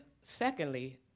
secondly